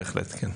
בהחלט, כן.